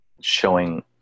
showing